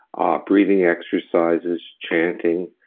ah breathing exercises, chanting,